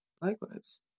likewise